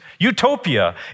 Utopia